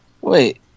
Wait